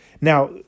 Now